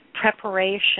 preparation